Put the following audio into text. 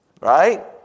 Right